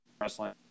wrestling